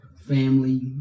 family